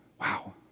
Wow